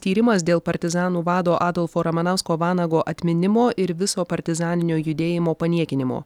tyrimas dėl partizanų vado adolfo ramanausko vanago atminimo ir viso partizaninio judėjimo paniekinimo